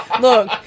Look